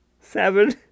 seven